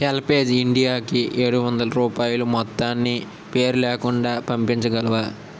HelpAge ఇండియాకి ఏడువందల రూపాయలు మొత్తాన్నిపేరులేకుండా పంపించగలవా